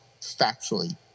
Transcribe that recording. factually –